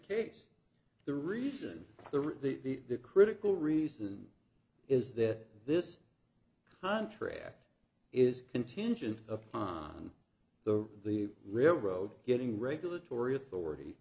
case the reason the route the critical reason is that this contract is contingent upon the the railroad getting regulatory authority